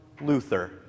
Luther